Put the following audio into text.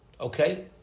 Okay